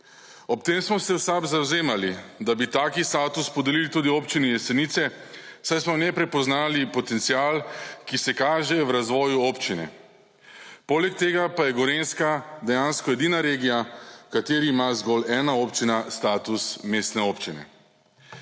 Ob tem smo se v SAB zavzemali, da bi tak status podelili tudi Občini Jesenice saj smo v njej prepoznali potencial, ki se kaže v razvoju občine. Poleg tega pa je Gorenjska dejansko edina regija, v katerih ima zgolj ena občina status mestne občine.